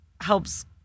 helps